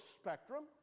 spectrum